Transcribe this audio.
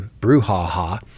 brouhaha